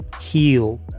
heal